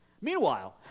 meanwhile